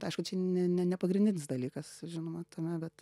tai aišku čia ne ne ne pagrindinis dalykas žinoma tame bet